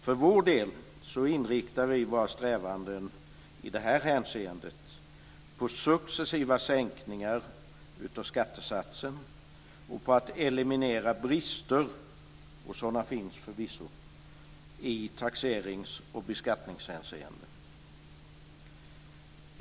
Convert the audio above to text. För vår del inriktar vi våra strävanden i det här hänseendet på successiva sänkningar av skattesatsen och på att eliminera brister, sådana finns förvisso, i taxerings och beskattningshänseende.